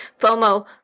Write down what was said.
FOMO